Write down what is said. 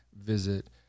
visit